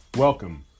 Welcome